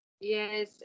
Yes